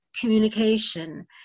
communication